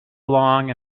along